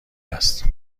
است